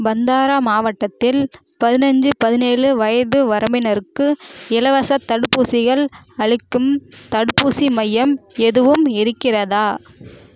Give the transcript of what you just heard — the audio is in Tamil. பந்தாரா மாவட்டத்தில் பதினைஞ்சி பதினேழு வயது வரம்பினருக்கு இலவசத் தடுப்பூசிகள் அளிக்கும் தடுப்பூசி மையம் எதுவும் இருக்கிறதா